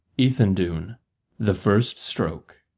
ethandune the first stroke